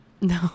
No